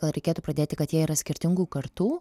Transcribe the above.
gal reikėtų pradėti kad jie yra skirtingų kartų